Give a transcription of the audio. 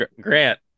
Grant